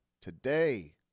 today